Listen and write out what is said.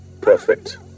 Perfect